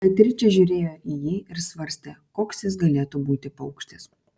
beatričė žiūrėjo į jį ir svarstė koks jis galėtų būti paukštis